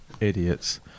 Idiots